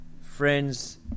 Friends